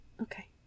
Okay